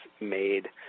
made